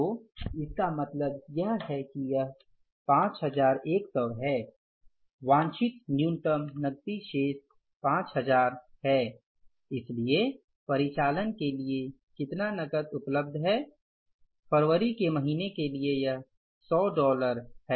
तो इसका मतलब यह है कि यह 5100 है वांछित न्यूनतम नकदी शेष ५००० है इसलिए परिचालन के लिए कितना नकद उपलब्ध है फरवरी के महीने के लिए यह 100 डॉलर है